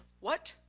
what?